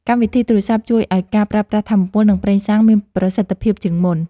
កម្មវិធីទូរសព្ទជួយឱ្យការប្រើប្រាស់ថាមពល និងប្រេងសាំងមានប្រសិទ្ធភាពជាងមុន។